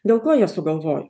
dėl ko jie sugalvojo